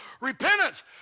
Repentance